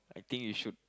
I think you should